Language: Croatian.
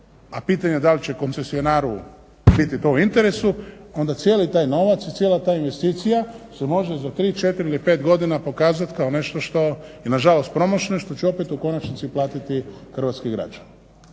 a pitanje je da li će koncesionaru biti to u interesu, onda cijeli taj novac i cijela ta investicija se može za 3, 4 ili 5 godina pokazat kao nešto što je nažalost promašeno i što će opet u konačnici platiti hrvatski građani.